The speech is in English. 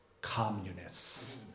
communists